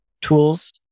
tools